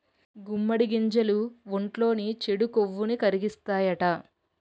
గుమ్మడి గింజలు ఒంట్లోని చెడు కొవ్వుని కరిగిత్తాయట